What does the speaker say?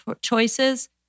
choices